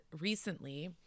recently